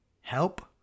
Help